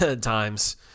times